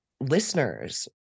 listeners